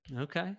okay